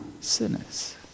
sinners